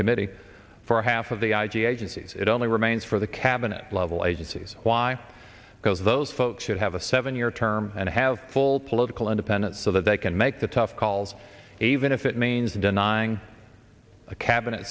committee for half of the i g agencies it only remains for the cabinet level agencies why because those folks should have a seven year term and have full political independence so that they can make the tough calls even if it means denying a cabinet